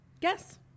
Guess